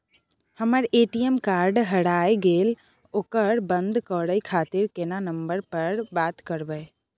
हमर ATM card हेराय गेले ओकरा बंद करे खातिर केना नंबर पर बात करबे?